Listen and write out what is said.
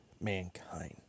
mankind